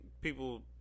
people